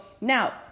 now